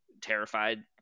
terrified